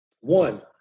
one